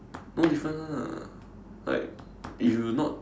no difference [one] ah like if you not